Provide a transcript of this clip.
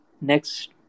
next